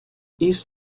east